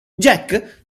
jack